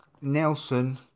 nelson